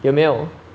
有没有